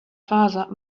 father